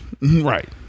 right